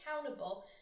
accountable